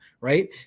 right